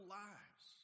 lives